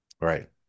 Right